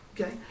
Okay